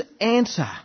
answer